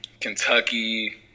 Kentucky